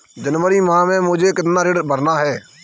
जनवरी माह में मुझे कितना ऋण भरना है?